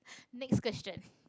next question